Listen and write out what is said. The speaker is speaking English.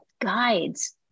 guides